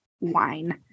wine